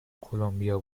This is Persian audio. کلمبیا